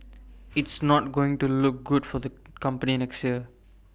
it's not going to look good for the company next year